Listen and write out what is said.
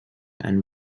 and